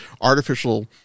artificial –